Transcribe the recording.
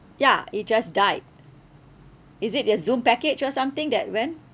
ya it just died is it your Zoom package or something that went